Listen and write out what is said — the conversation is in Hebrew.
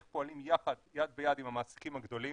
איך פועלים יחד יד ביד עם המעסיקים הגדולים,